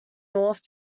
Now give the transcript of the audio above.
north